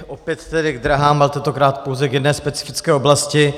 Opět tedy k dráhám a tentokrát pouze k jedné specifické oblasti.